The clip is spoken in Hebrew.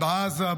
בעזה,